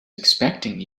expecting